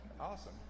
awesome